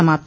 समाप्त